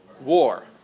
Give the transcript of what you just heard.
War